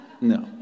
No